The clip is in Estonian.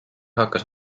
hakkas